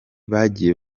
bagiye